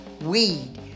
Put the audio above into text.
weed